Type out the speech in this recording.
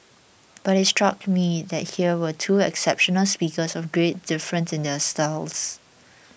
but it struck me that here were two exceptional speakers of great difference in their styles